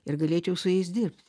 ir galėčiau su jais dirbt